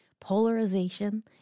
polarization